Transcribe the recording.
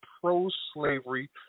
pro-slavery